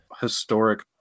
historic